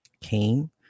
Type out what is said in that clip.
came